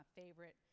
favorite